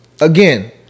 again